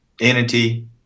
entity